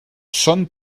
són